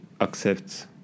accept